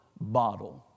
bottle